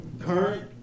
current